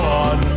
on